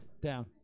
Down